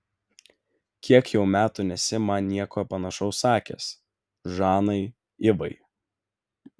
kiek jau metų nesi man nieko panašaus sakęs žanai ivai